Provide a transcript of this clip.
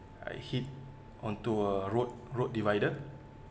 I hit onto a road road divider